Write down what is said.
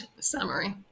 summary